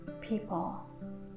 people